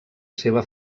seva